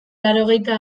laurogeita